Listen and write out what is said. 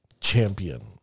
Champion